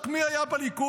רק מי היה בשלטון?